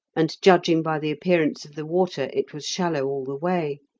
and judging by the appearance of the water, it was shallow all the way.